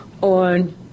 on